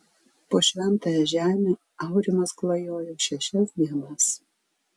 po šventąją žemę aurimas klajojo šešias dienas